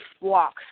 walk